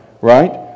Right